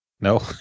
no